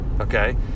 okay